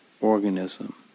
organism